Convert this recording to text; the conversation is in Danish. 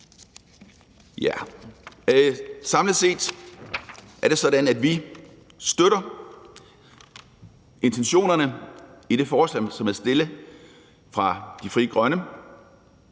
Samlet set er det sådan, at vi støtter intentionerne i det forslag, som er fremsat af Frie Grønne.